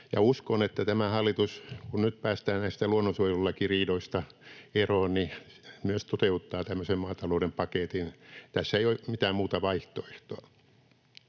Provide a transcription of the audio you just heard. Uskon, että tämä hallitus, kun nyt päästään näistä luonnonsuojelulakiriidoista eroon, myös toteuttaa tämmöisen maatalouden paketin. Tässä ei ole mitään muuta vaihtoehtoa.